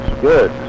Good